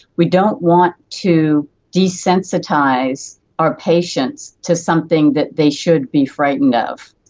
we don't want to desensitise our patients to something that they should be frightened of.